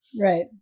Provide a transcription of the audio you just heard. right